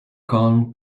calm